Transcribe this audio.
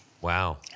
Wow